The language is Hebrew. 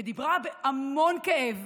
ודיברה בהמון כאב,